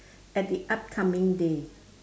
at the upcoming day